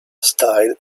style